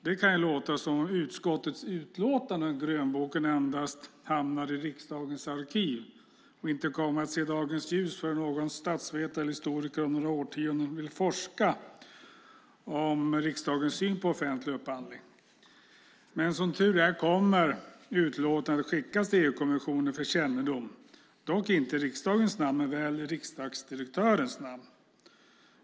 Det kan ju låta som att utskottets utlåtande om grönboken endast hamnar i riksdagens arkiv och inte kommer att se dagens ljus förrän någon statsvetare eller historiker om några årtionden vill forska om riksdagens syn på offentlig upphandling. Men som tur är kommer utlåtandet att skickas till EU-kommissionen för kännedom, dock inte i riksdagens namn men väl i riksdagsdirektörens namn.